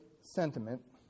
sentiment